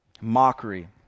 mockery